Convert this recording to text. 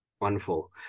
Wonderful